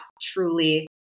truly